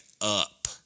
up